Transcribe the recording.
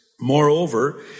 Moreover